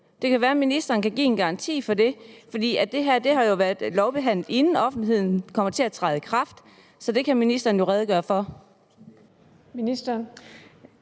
Det kan være, at ministeren kan give en garanti for det, fordi det her har jo været lovbehandlet, inden offentlighedsloven kommer til at træde i kraft, så det kan ministeren jo redegøre for.